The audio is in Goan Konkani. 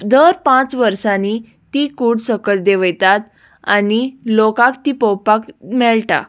दर पांच वर्सांनी ती कूड सकय देवयतात आनी लोकांक ती पोवपाक मेळटा